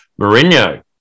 Mourinho